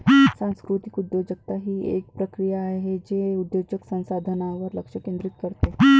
सांस्कृतिक उद्योजकता ही एक प्रक्रिया आहे जे उद्योजक संसाधनांवर लक्ष केंद्रित करते